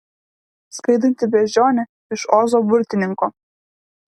skraidanti beždžionė iš ozo burtininko